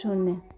शून्य